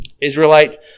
Israelite